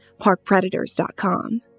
parkpredators.com